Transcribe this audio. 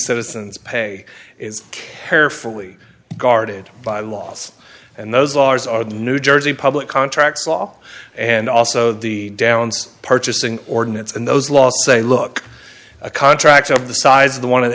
citizens pay is carefully guarded by laws and those laws are the new jersey public contract law and also the downs purchasing ordinance and those laws say look a contract of the size of the one of the